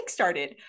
kickstarted